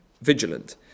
vigilant